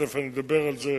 ותיכף אני אדבר על זה,